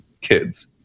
kids